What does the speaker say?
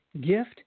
gift